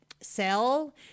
sell